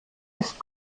ist